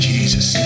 Jesus